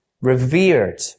revered